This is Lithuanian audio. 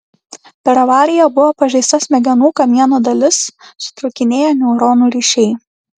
per avariją buvo pažeista smegenų kamieno dalis sutrūkinėję neuronų ryšiai